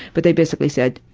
but they basically said,